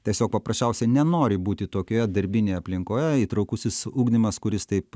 tiesiog paprasčiausiai nenori būti tokioje darbinėje aplinkoje įtraukusis ugdymas kuris taip